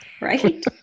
Right